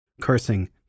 cursing